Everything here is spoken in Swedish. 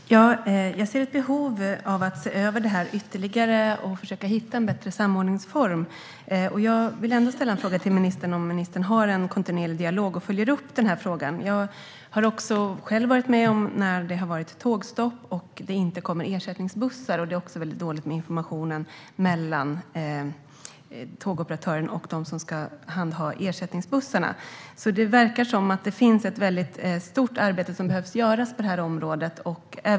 Fru talman! Jag ser ett behov av att se över detta ytterligare och försöka att hitta en bättre samordningsform. Jag vill fråga ministern om hon har en kontinuerlig dialog och följer upp den här frågan. Jag har själv varit med om tågstopp där det inte har kommit ersättningsbussar och där informationen mellan tågoperatören och dem som ska handha ersättningsbussarna har varit väldigt dålig. Det verkar finnas ett stort arbete som behöver göras på det här området.